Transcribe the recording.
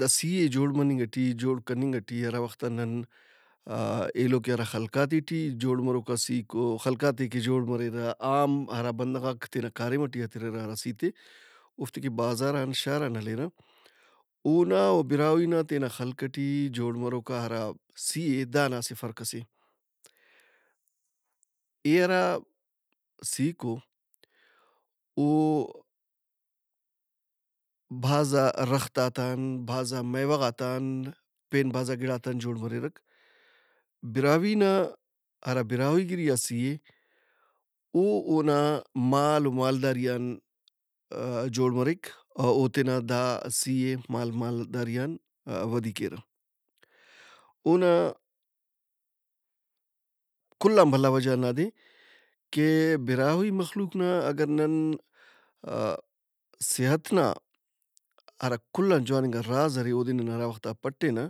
دا سِی ئے جوڑ مننگ ئٹی، جوڑ کننگ ئٹی ہرا وخت آ نن آ- ایلو کہ ہرا خلقاتے ٹی جوڑ مروکا سِیک او۔ خلقاتے کہ جوڑ مریرہ۔ عام ہرا بندغاک تینا کاریم ئٹی ہتریرہ ہرا سِیت ئے۔ اوفتے کہ بازار ان شاران ہلیرہ۔ اونا او براہوئی نا تینا خلق ئٹی جوڑ مروکا ہرا سِی ئے دانا اسہ فرق ئس اے۔ اے ہرا سِیک او، او بھاز رختات ان، بھازا میوہ غات ان، پین بھازا گڑات ان جوڑ مریرہ۔ براہوئی نا ہرابراہوئی گِریئا سِی اے۔ او اونا مال و مالداری ان جوڑ مریک۔ او اوتینا دا سِی ئے مال مالداری ان ودی کیرہ۔ اونا کل آن بھلا وجہ ہنداد اے کہ براہوئی مخلوق نا اگر نن ا- صحت نا ہرا کُل ان جواننگا راز ارے اودے نن ہراوخت آ پٹینہ